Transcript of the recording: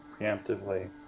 preemptively